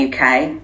UK